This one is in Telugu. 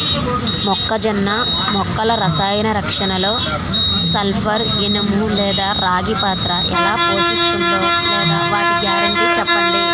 మొక్కజొన్న మొక్కల రసాయన రక్షణలో సల్పర్, ఇనుము లేదా రాగి పాత్ర ఎలా పోషిస్తుందో లేదా వాటి గ్యారంటీ చెప్పండి